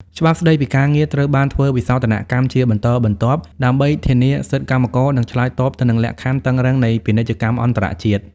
ច្បាប់ស្ដីពីការងារត្រូវបានធ្វើវិសោធនកម្មជាបន្តបន្ទាប់ ដើម្បីធានាសិទ្ធិកម្មករ និងឆ្លើយតបទៅនឹងលក្ខខណ្ឌតឹងរ៉ឹងនៃពាណិជ្ជកម្មអន្តរជាតិ។